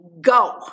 go